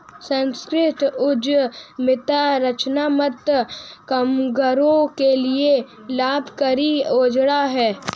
संस्कृति उद्यमिता रचनात्मक कामगारों के लिए लाभकारी औजार है